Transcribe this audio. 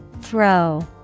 Throw